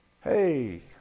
Hey